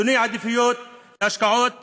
שינוי עדיפויות להשקעות בבריאות,